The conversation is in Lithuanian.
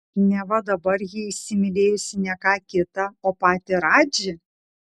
neva dabar ji įsimylėjusi ne ką kitą o patį radžį